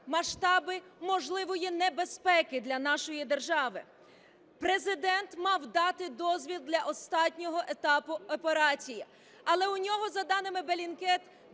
масштаби можливої небезпеки для нашої держави. Президент мав дати дозвіл для останнього етапу операції, але у нього, за даними